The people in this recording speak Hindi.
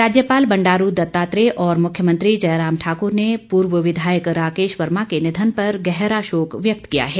राज्यपाल बंडारू दत्तात्रेय और मुख्यमंत्री जयराम ठाकुर ने पूर्व विधायक राकेश वर्मा के निधन पर गहरा शोक व्यक्त किया है